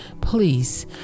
Please